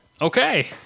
Okay